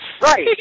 Right